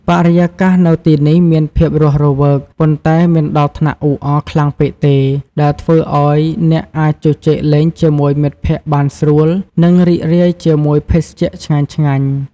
បរិយាកាសនៅទីនេះមានភាពរស់រវើក ប៉ុន្តែមិនដល់ថ្នាក់អ៊ូអរខ្លាំងពេកទេ ដែលធ្វើឱ្យអ្នកអាចជជែកលេងជាមួយមិត្តភក្តិបានស្រួល និងរីករាយជាមួយភេសជ្ជៈឆ្ងាញ់ៗ។